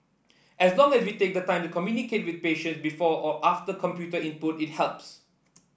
as long as we take the time to communicate with patient before or after computer input it helps